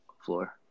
floor